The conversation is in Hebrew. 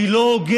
היא לא הוגנת.